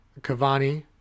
Cavani